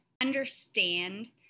understand